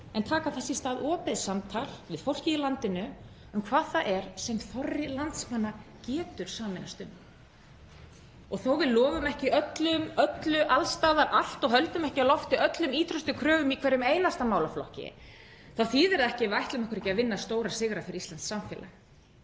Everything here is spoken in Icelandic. en taka þess í stað opið samtal við fólkið í landinu um hvað það er sem þorri landsmanna getur sameinast um. Þó að við lofum ekki öllu alls staðar og höldum ekki á lofti öllum ýtrustu kröfum í hverjum einasta málaflokki þá þýðir það ekki að við ætlum okkur ekki að vinna stóra sigra fyrir íslenskt samfélag.